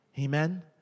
Amen